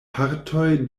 partoj